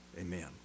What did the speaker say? Amen